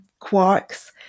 quarks